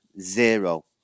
zero